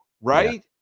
right